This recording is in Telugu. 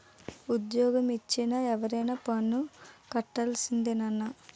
ఉజ్జోగమొచ్చిన ఎవరైనా పన్ను కట్టాల్సిందే నాన్నా